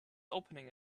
opening